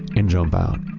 and jump out.